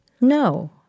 No